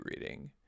reading